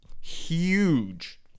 Huge